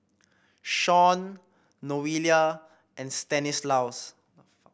Shaun Noelia and Stanislaus